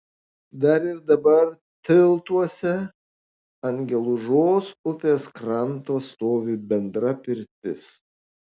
dar ir dabar tiltuose ant gelužos upės kranto stovi bendra pirtis